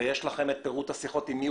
אז אם יש לכם את פירוט השיחות של מי